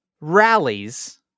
rallies